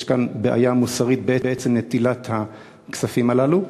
יש כאן בעיה מוסרית בעצם נטילת הכספים הללו.